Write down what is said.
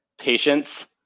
patience